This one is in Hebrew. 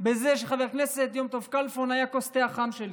בזה שחבר כנסת יום טוב כלפון היה כוס התה החם שלי,